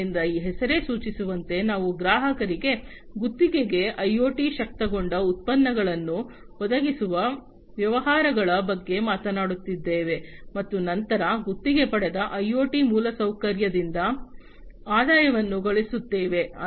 ಆದ್ದರಿಂದ ಈ ಹೆಸರೇ ಸೂಚಿಸುವಂತೆ ನಾವು ಗ್ರಾಹಕರಿಗೆ ಗುತ್ತಿಗೆಗೆ ಐಒಟಿ ಶಕ್ತಗೊಂಡ ಉತ್ಪನ್ನಗಳನ್ನು ಒದಗಿಸುವ ವ್ಯವಹಾರಗಳ ಬಗ್ಗೆ ಮಾತನಾಡುತ್ತಿದ್ದೇವೆ ಮತ್ತು ನಂತರ ಗುತ್ತಿಗೆ ಪಡೆದ ಐಒಟಿ ಮೂಲಸೌಕರ್ಯದಿಂದ ಆದಾಯವನ್ನು ಗಳಿಸುತ್ತೇವೆ